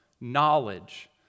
knowledge